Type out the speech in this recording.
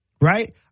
right